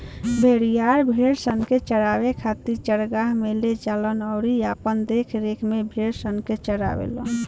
भेड़िहार, भेड़सन के चरावे खातिर चरागाह में ले जालन अउरी अपना देखरेख में भेड़सन के चारावेलन